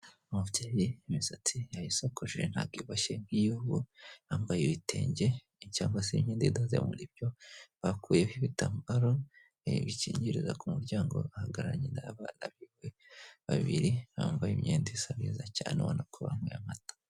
Ufite imisatsi ya yisakoje ntago iboshye nk'iy'ubu yambaye ibitenge cyangwa se imyenda idoze muri byo bakuyeho ibitambaro bikingiriza ku muryango ahagararanye n'abana be babiri bambaye imyenda isa neza cyane ubonako banyweye amata.